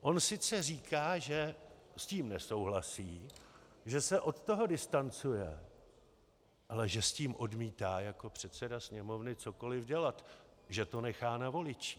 On sice říká, že s tím nesouhlasí, že se od toho distancuje, ale že s tím odmítá jako předseda Sněmovny cokoliv dělat, že to nechá na voličích.